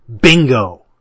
bingo